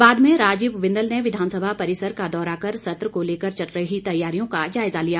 बाद में राजीव बिंदल ने विधानसभा परिसर का दौरा कर सत्र को लेकर चल रही तैयारियों का जायजा लिया